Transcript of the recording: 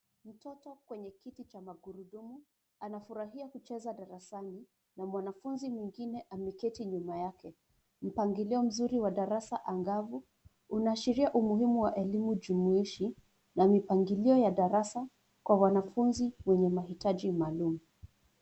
Mtoto akiwa kwenye kiti cha magurudumu anafurahia kucheza darasani na mwanafunzi mwingine ameketi nyuma yake. Mpangili mzuri wa darasa angavu unaashiria umuhimu wa elimu jumuishi na mpangilio ya darasa kwa wanafunzi wenye maitaji maaalum.